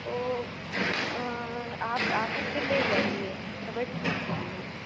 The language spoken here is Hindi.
तो आप आकर के ले जाइए तबियत ठीक नहीं है